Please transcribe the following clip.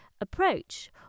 approach